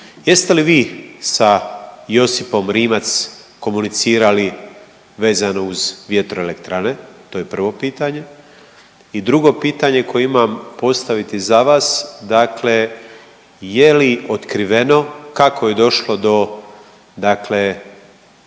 jeste li vi sa Josipom Rimac komunicirali vezano uz Vjetroelektrane, to je prvo pitanje. I drugo pitanje koje imam postaviti za vas, dakle je li otkriveno kako je došlo do dakle